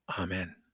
Amen